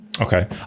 Okay